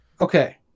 Okay